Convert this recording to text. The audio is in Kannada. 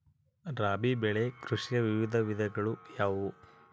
ರಾಬಿ ಬೆಳೆ ಕೃಷಿಯ ವಿವಿಧ ವಿಧಗಳು ಯಾವುವು?